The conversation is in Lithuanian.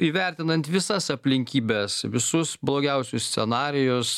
įvertinant visas aplinkybes visus blogiausius scenarijus